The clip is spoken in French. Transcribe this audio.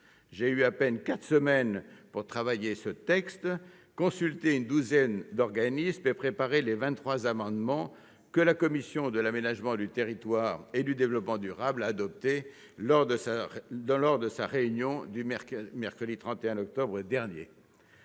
J'ai eu à peine quatre semaines pour travailler sur ce texte, consulter une douzaine d'organismes et préparer les vingt-trois amendements que la commission de l'aménagement du territoire et du développement durable a adoptés lors de sa réunion du mercredi 31 octobre dernier.